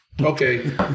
Okay